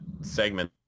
segment